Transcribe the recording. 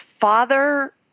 father